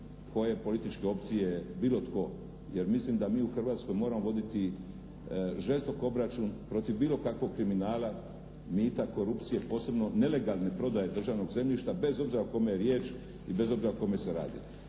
koje je političke opcije bilo tko, jer mislim da mi u Hrvatskoj moramo voditi žestok obračun protiv bilo kakvog kriminala, mita, korupcije, posebno nelegalne prodaje državnog zemljišta bez obzira o kome je riječ i bez obzira o kome se radi.